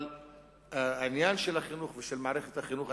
אבל העניין של החינוך ושל מערכת החינוך,